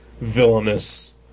villainous